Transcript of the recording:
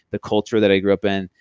the culture that i grew up in,